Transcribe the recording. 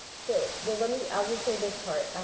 so, well, let me i'll just say this part.